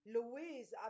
Louise